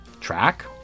Track